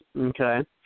okay